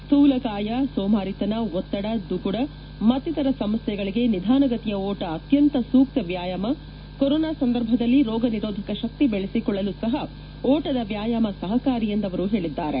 ಸ್ಟೂಲಕಾಯ ಸೋಮಾರಿತನ ಒತ್ತಡ ದುಗುಡ ಮತ್ತಿತರ ಸಮಸ್ಟೆಗಳಿಗೆ ನಿಧಾನಗತಿಯ ಓಟ ಅತ್ತಂತ ಸೂಕ್ತ ವ್ವಾಯಾಮ ಕೊರೊನಾ ಸಂದರ್ಭದಲ್ಲಿ ರೋಗ ನಿರೋಧಕ ಶಕ್ತಿ ಬೆಳೆಸಿಕೊಳ್ಳಲೂ ಸಹ ಓಟದ ವ್ಯಾಯಾಮ ಸಹಕಾರಿ ಎಂದು ಅವರು ಹೇಳಿದ್ದಾರೆ